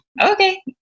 Okay